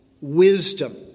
wisdom